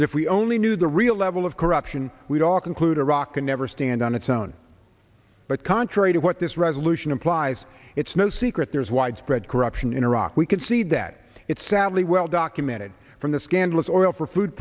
that if we only knew the real level of corruption we'd all conclude a rock and never stand on its own but contrary to what this resolution implies it's no secret there is widespread corruption in iraq we can see that it's sadly well documented from the scandalous oil for food